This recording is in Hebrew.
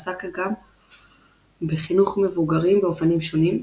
עסק גם בחינוך מבוגרים באופנים שונים,